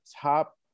top